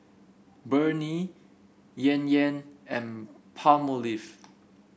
Burnie Yan Yan and Palmolive